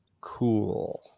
Cool